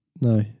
No